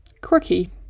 Quirky